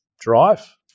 drive